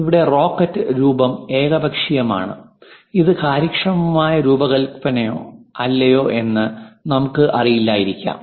ഇവിടെ റോക്കറ്റ് രൂപം ഏകപക്ഷീയമാണ് ഇത് കാര്യക്ഷമമായ രൂപകൽപ്പനയാണോ അല്ലയോ എന്ന് നമുക്ക് അറിയില്ലായിരിക്കാം